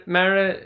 Mara